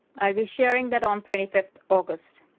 i'll be sharing that on twenty fifth august.